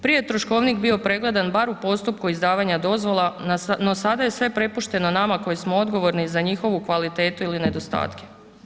Prije je troškovnik bio pregledan bar u postupku izdavanja dozvola, no sada je sve prepušteno nama koji smo odgovorni za njihovu kvalitetu ili nedostatke.